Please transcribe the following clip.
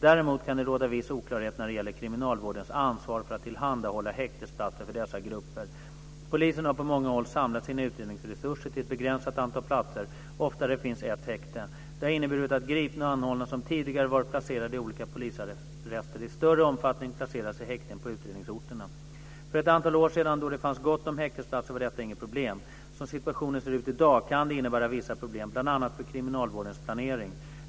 Däremot kan det råda viss oklarhet när det gäller kriminalvårdens ansvar för att tillhandahålla häktesplatser för dessa grupper. Polisen har på många håll samlat sina utredningsresurser till ett begränsat antal platser, ofta där det finns ett häkte. Det har inneburit att gripna och anhållna som tidigare varit placerade i olika polisarrester i större omfattning placeras i häkten på utredningsorterna. För ett antal år sedan då det fanns gott om häktesplatser var detta inget problem. Som situationen ser ut i dag kan det innebära vissa problem bl.a. för kriminalvårdens planering.